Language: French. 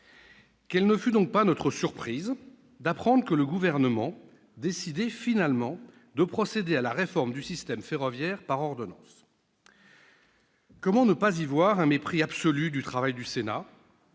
Quelle ne fut donc pas notre surprise d'apprendre que le Gouvernement décidait finalement de procéder à la réforme du système ferroviaire par ordonnances ! Comment ne pas y voir un mépris absolu du travail du Sénat,